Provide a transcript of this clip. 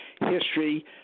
History